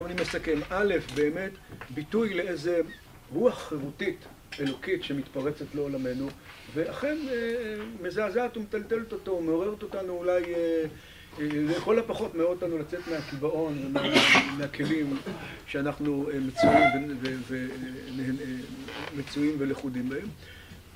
אני מסכם, א', באמת, ביטוי לאיזה רוח חירותית, אלוקית שמתפרצת לעולמנו ואכן מזעזעת ומטלטלת אותו, מעוררת אותנו אולי, לכל לפחות מעוררת אותנו לצאת מהקבעון, מהכלים שאנחנו מצויים ולכודים בהם